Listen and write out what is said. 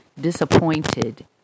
disappointed